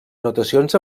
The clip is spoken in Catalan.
notacions